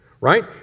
right